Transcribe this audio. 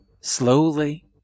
Slowly